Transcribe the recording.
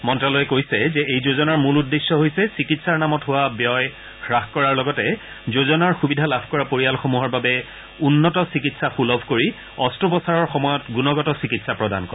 মন্ত্যালয়ে কৈছে যে এই যোজনাৰ মূল উদ্দেশ্য হৈছে চিকিৎসাৰ নামত হোৱা ব্যয় হ্ৰাস কৰাৰ লগতে এই যোজনাৰ সুবিধা লাভ কৰা পৰিয়ালসমূহৰ বাবে উন্নত চিকিৎসা সুলভ কৰি অস্ত্ৰোপচাৰৰ সময়ত গুণগত চিকিৎসা প্ৰদান কৰা